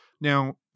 Now